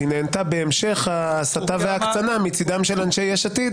היא נענתה בהמשך ההסתה וההקצנה מצדם של אנשי יש עתיד,